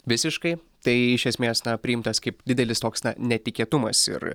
visiškai tai iš esmės na priimtas kaip didelis toks na netikėtumas ir